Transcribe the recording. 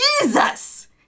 Jesus